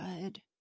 good